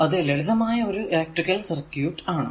അത് ലളിതമായ ഒരു ഇലെക്ട്രിക്കൽ സർക്യൂട് ആണ്